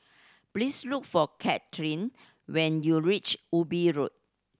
please look for Katelynn when you reach Ubi Road